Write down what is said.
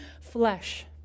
flesh